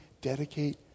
dedicate